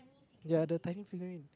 yea the tiny figurine